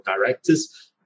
directors